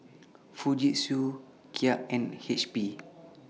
Fujitsu Kia and H P